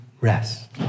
rest